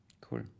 Cool